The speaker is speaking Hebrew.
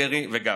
דרעי וגפני.